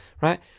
right